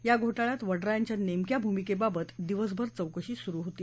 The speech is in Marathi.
या घोाळयात वड्रा यांच्या नेमक्या भूमिकेबाबत दिवसभर चौकशी सुरु होती